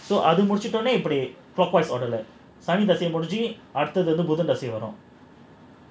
அது முடிச்சிட்டு உடனே இப்டி சனி திசை முடிஞ்சி அடுத்தது வந்து புதன் திசை வரும்:adhu mudichittu udanae ipdi sani theesai mudinji aduthathu vandhu budhan theesai varum